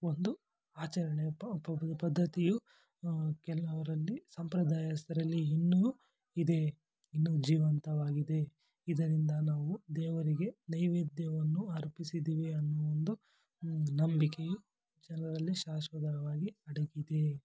ಒಂದು ಆಚರಣೆ ಪದ್ದತಿಯು ಕೆಲವರಲ್ಲಿ ಸಂಪ್ರದಾಯಸ್ಥರಲ್ಲಿ ಇನ್ನೂ ಇದೆ ಇನ್ನೂ ಜೀವಂತವಾಗಿದೆ ಇದರಿಂದ ನಾವು ದೇವರಿಗೆ ನೈವೇದ್ಯವನ್ನು ಅರ್ಪಿಸಿದ್ದೀವಿ ಅನ್ನೋ ಒಂದು ನಂಬಿಕೆಯು ಜನರಲ್ಲಿ ಶಾಶ್ವತವಾಗಿ ಅಡಗಿದೆ